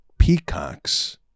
peacocks